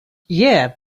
yeah